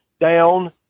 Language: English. down